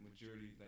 majority